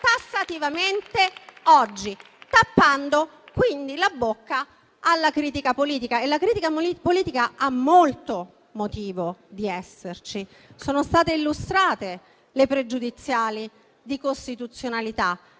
tassativamente oggi, tappando quindi la bocca alla critica politica. Quest'ultima ha molto motivo di esserci. Sono state illustrate le pregiudiziali di costituzionalità.